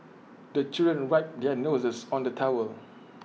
the children wipe their noses on the towel